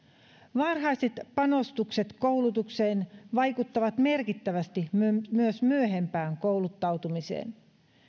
varhaiset panostukset koulutukseen vaikuttavat merkittävästi myös myöhempään kouluttautumiseen